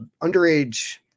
underage